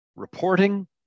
Reporting